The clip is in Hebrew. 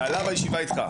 זה עלה בישיבה איתך,